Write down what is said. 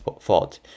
fault